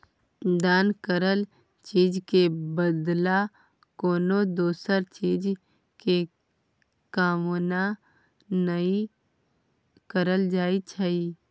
दान करल चीज के बदला कोनो दोसर चीज के कामना नइ करल जाइ छइ